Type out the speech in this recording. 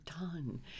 done